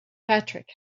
patrick